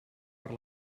per